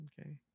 Okay